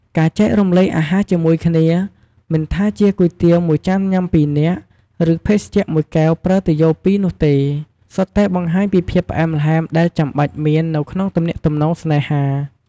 ការចែករំលែកអាហារជាមួយគ្នា មិនថាជាគុយទាវមួយចានញ៉ាំពីរនាក់ ឬភេសជ្ជៈមួយកែវប្រើទុយោពីរនោះទេ សុទ្ធតែបង្ហាញពីភាពផ្អែមល្ហែមដែលចាំបាច់មាននៅក្នុងទំនាក់ទំនងស្នេហា។